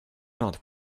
not